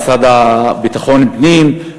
המשרד לביטחון פנים,